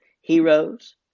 heroes